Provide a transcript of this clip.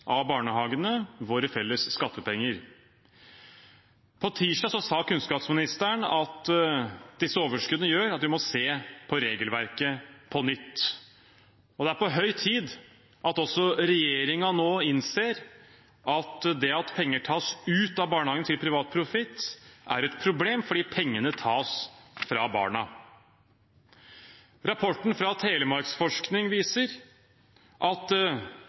av barnehagene – våre felles skattepenger. Tirsdag sa kunnskapsministeren at disse overskuddene gjør at vi må se på regelverket på nytt. Det er på høy tid at også regjeringen innser at når penger tas ut fra barnehagene til privat profitt, er det et problem fordi pengene tas fra barna. Rapporten fra Telemarkforskning viser at